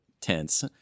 tense